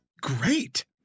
great